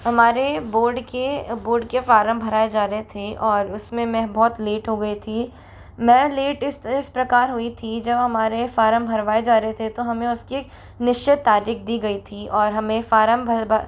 हमारे बोर्ड के बोर्ड के फारम भरवाए जा रहे थे और उसमे मैं बहुत लेट हो गई थी मैं लेट इस इस प्रकार हुई थी जब हमारे फारम भरवाए जा रहे थे तो हमें उसकी एक निश्चित तारीख दी गई थी और हमें फारम भर